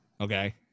okay